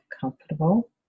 comfortable